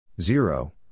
Zero